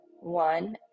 one